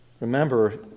Remember